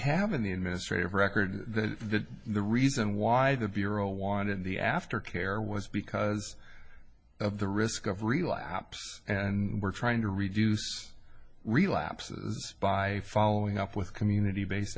have in the administrative record that the reason why the bureau wanted the after care was because of the risk of relapse and we're trying to reduce relapses by following up with community based